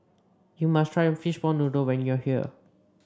you must try Fishball Noodle when you are here